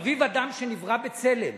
חביב אדם שנברא בצלם,